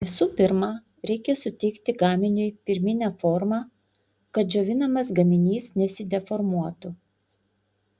visų pirma reikia suteikti gaminiui pirminę formą kad džiovinamas gaminys nesideformuotų